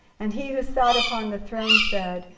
and he who sat upon the throne said,